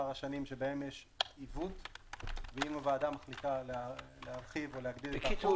אם הוועדה מחליטה להרחיב או להגדיל את האחוזים --- בקיצור,